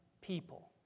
people